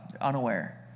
unaware